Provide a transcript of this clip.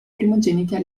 primogenita